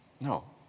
No